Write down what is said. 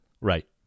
Right